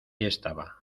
estaba